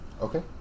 Okay